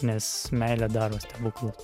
nes meilė daro stebuklus